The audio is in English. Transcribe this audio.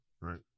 Right